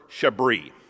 Chabri